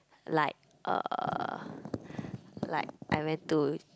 like uh like I went to